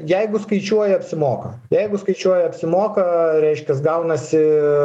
jeigu skaičiuoji apsimoka jeigu skaičiuoji apsimoka reiškias gaunasi